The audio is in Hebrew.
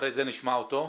אחרי זה נשמע אותו.